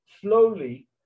slowly